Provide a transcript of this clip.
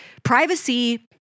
Privacy